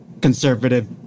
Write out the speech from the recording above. conservative